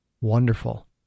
Wonderful